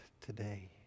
today